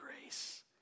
grace